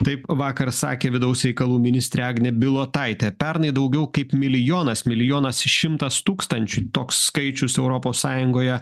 taip vakar sakė vidaus reikalų ministrė agnė bilotaitė pernai daugiau kaip milijonas milijonas šimtas tūkstančių toks skaičius europos sąjungoje